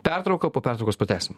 pertraukao po pertraukos pratęsim